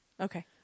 Okay